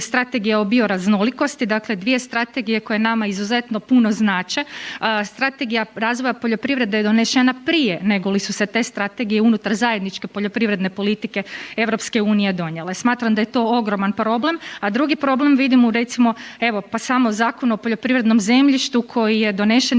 Strategija o bioraznolikosti, dakle dvije strategije koje nama izuzetno puno znače. Strategija razvoja poljoprivrede je donešena prije nego li su se te strategije unutar zajedničke poljoprivredne politike EU donijele. Smatram da je to ogroman problema. A drugim problem vidim u recimo evo pa samo Zakon o poljoprivrednom zemljištu koji je donesen